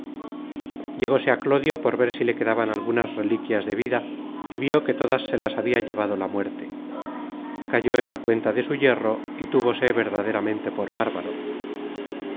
llegóse á clodio por ver si le quedaban algunas reliquias de vida y vió que todas se las habia llevado la muerte cayó en la cuenta de su yerro y túvose verdaderamente por bárbaro